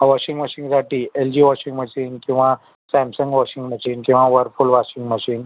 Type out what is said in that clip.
washing मशीनसाठी L G washing machine किंवा Samsung washing machine किंवा व्हरफुल वॉशिंग मशीन